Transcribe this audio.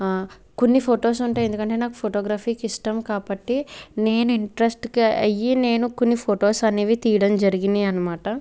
కొన్ని ఫోటోస్ అంటే ఎందుకంటే నాకు ఫోటోగ్రఫీకి ఇష్టం కాబట్టి నేను ఇంట్రెస్ట్కి అయ్యి నేను కొన్ని ఫోటోస్ అనేవి తీయడం జరిగినయి అనమాట